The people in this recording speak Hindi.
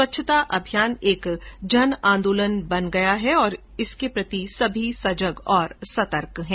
स्वच्छता अभियान एक आन्दोलन बन गया है और सभी इसके प्रति सजग और सतर्क हैं